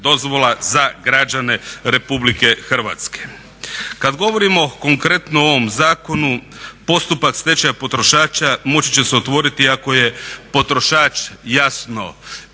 dozvola za građane RH. Kad govorimo konkretno o ovom zakonu postupak stečaja potrošača moći će se otvoriti ako je potrošač jasno